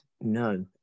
no